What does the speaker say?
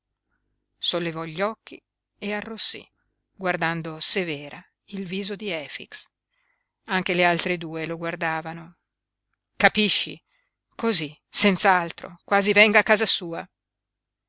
sollevò gli occhi e arrossí guardando severa il viso di efix anche le altre due lo guardavano capisci cosí senz'altro quasi venga a casa sua